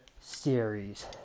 series